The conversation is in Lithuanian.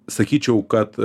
sakyčiau kad